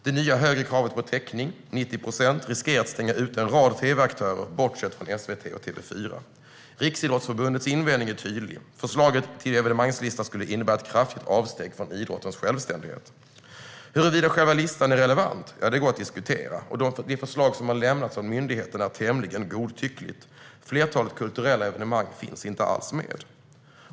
Det nya, högre kravet på täckning - 90 procent - riskerar att stänga ute en rad tv-aktörer bortsett från SVT och TV4. Riksidrottsförbundets invändning är tydlig: Förslaget till evenemangslista skulle innebära ett kraftigt avsteg från idrottens självständighet. Huruvida själva listan är relevant går att diskutera, och det förslag som har lämnats av myndigheterna är tämligen godtyckligt. Flertalet kulturella evenemang finns inte alls med.